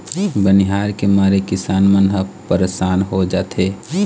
बनिहार के मारे किसान मन ह परसान हो जाथें